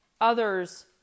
Others